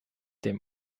dem